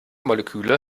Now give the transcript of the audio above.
moleküle